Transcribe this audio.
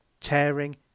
tearing